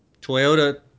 Toyota